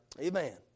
Amen